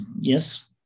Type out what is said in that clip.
Yes